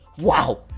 wow